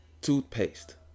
Toothpaste